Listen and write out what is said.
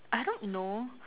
I don't know